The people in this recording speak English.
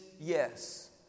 yes